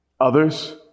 others